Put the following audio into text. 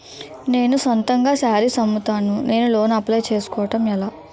నేను సొంతంగా శారీస్ అమ్ముతాడ, నేను లోన్ అప్లయ్ చేసుకోవడం ఎలా?